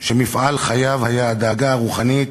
אני סבור שאת טועה, ואנחנו נבחן את